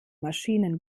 maschinen